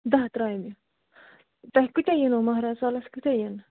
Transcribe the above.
داہ ترامہِ تۄہہِ کۭتیٛاہ یِنَو مہراز سالَس کۭتیٛاہ یِن